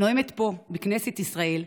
נואמת פה בכנסת ישראל,